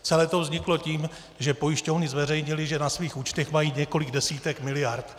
Celé to vzniklo tím, že pojišťovny zveřejnily, že na svých účtech mají několik desítek miliard.